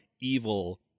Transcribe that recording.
evil